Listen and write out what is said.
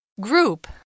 Group